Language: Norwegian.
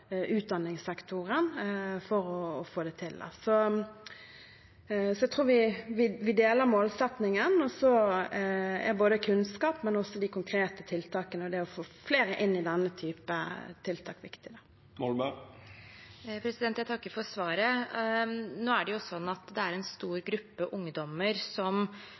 utdanningssektoren for å få det til. Jeg tror vi deler målsettingen, og så er både kunnskap og de konkrete tiltakene, det å få flere inn i denne typen tiltak, viktig. Jeg takker for svaret. Det er en stor gruppe ungdommer som